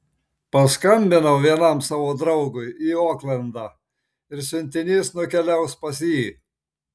paskambinau vienam savo draugui į oklandą ir siuntinys nukeliaus pas jį